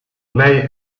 lei